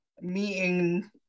meeting